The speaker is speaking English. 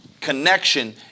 connection